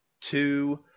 two